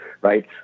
right